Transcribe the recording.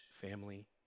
family